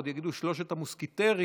עוד יגידו ששלושת המוסקטרים